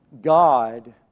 God